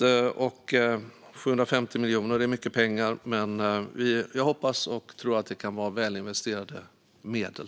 750 miljoner är mycket pengar, men jag hoppas och tror att det kan vara välinvesterade medel.